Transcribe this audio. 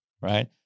right